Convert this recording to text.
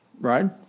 Right